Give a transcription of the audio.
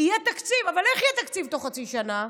יהיה תקציב, אבל איך יהיה תקציב בתוך חצי שנה?